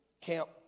camp